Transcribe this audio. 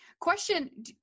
Question